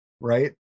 right